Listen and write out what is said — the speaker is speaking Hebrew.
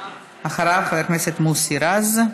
אחריו חבר הכנסת מוסי רז.